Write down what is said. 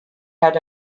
had